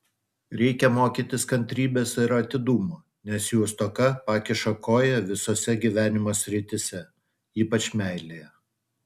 reikia mokytis kantrybės ir atidumo nes jų stoka pakiša koją visose gyvenimo srityse ypač meilėje